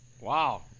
Wow